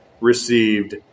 received